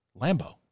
lambo